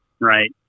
Right